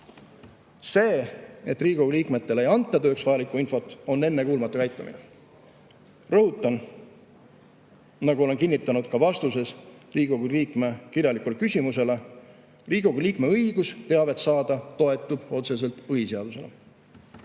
See, et Riigikogu liikmetele ei anta tööks vajalikku infot, on ennekuulmatu käitumine. Rõhutan, nagu olen kinnitanud ka vastuses Riigikogu liikme kirjalikule küsimusele: Riigikogu liikme õigus teavet saada toetub otseselt põhiseadusele.